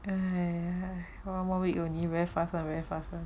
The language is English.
one more week only very fast [one] very fast [one]